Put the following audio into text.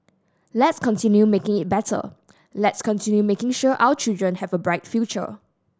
let's continue making it better let's continue making sure our children have a bright future